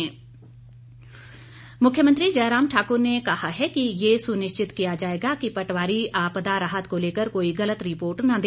प्रश्नकाल मुख्यमंत्री जयराम ठाक्र ने कहा है कि यह सुनिश्चित किया जाएगा कि पटवारी आपदा राहत को लेकर कोई गलत रिपोर्ट न दे